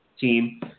team